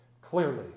clearly